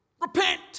Repent